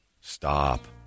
Stop